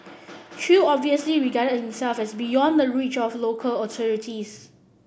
chew obviously regarded himself as beyond the reach of local authorities